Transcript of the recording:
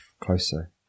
Closer